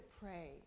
pray